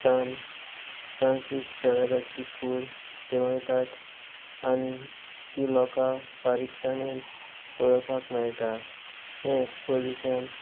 सांत फ्रांसीस झेवियराची कूड देंवयतात आनी ती लोकां बारीकसाणेन पळोवपाक मेळटा हें एक्सपोजीशन